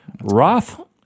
Roth